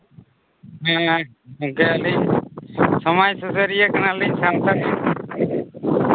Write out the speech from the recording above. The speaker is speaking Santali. ᱦᱮᱸ ᱜᱚᱢᱠᱮ ᱟᱹᱞᱤᱧ ᱥᱚᱢᱟᱡᱽ ᱥᱩᱥᱟᱹᱨᱤᱭᱟᱹ ᱠᱟᱱᱟᱞᱤᱧ ᱥᱟᱞᱠᱷᱟᱱ